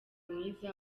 mwiza